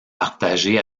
partagé